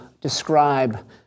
describe